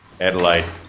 Adelaide